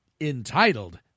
entitled